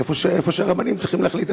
איפה שהרבנים צריכים להחליט.